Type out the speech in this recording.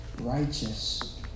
righteous